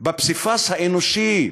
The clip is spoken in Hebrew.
בפסיפס האנושי,